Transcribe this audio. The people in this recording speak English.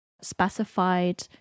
specified